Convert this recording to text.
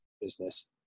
business